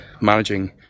managing